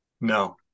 No